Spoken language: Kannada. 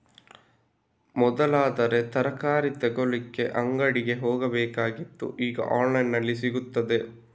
ಮೊದಲಾದ್ರೆ ತರಕಾರಿ ತಗೊಳ್ಳಿಕ್ಕೆ ಅಂಗಡಿಗೆ ಹೋಗ್ಬೇಕಿತ್ತು ಈಗ ಆನ್ಲೈನಿನಲ್ಲಿ ಸಿಗ್ತದೆ